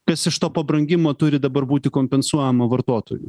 kas iš to pabrangimo turi dabar būti kompensuojama vartotojų